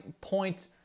point